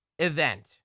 event